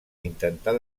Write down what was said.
intentar